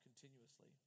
continuously